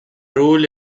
rule